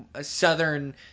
southern